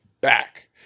back